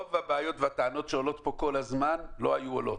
רוב הבעיות והטענות שעולות פה כל הזמן לא היו עולות.